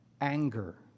anger